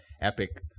epic